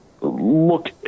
look